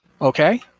Okay